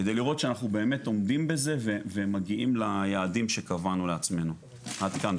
כדי לראות שאנחנו באמת עומדים בזה ומגיעים ליעדים שקבענו לעצמנו עד כאן,